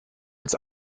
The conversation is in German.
als